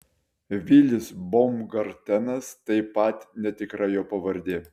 vilis baumgartenas taip pat netikra jo pavardė